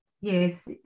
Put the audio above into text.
Yes